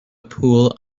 pool